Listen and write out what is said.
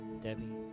Debbie